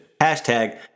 Hashtag